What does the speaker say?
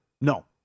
No